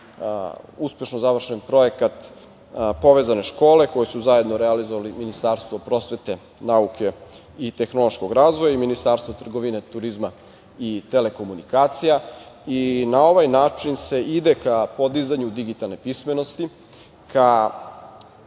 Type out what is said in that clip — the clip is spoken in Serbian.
uspešno završen Projekat „Povezane škole“, koje su zajedno realizovali Ministarstvo prosvete, nauke i tehnološkog razvoja i Ministarstvo trgovine, turizma i telekomunikacija i na ovaj način se ide ka podizanju digitalne pismenosti,